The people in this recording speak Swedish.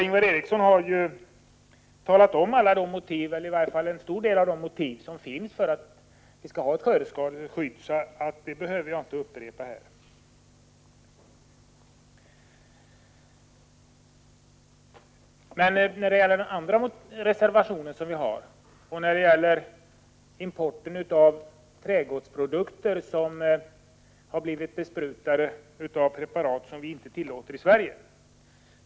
Ingvar Eriksson har ju redogjort för en stor del av de motiv som finns för att vi måste få till stånd ett skördeskadeskydd — jag behöver inte upprepa dem. Den andra reservationen, som centern står bakom, gäller importen av trädgårdsprodukter som blivit besprutade av preparat som vi inte tillåter i Sverige.